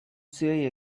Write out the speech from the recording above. say